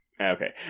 Okay